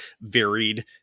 varied